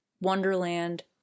Wonderland